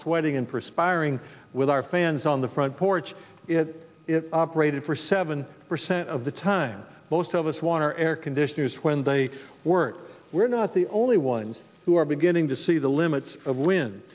sweating and perspiring with our fans on the front porch it operated for seven percent of the time most of us water air conditioners when they work we're not the only ones who are beginning to see the limits of w